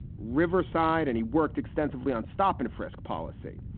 riverside, and he worked extensively on stop and frisk policy.